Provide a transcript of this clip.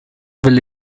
will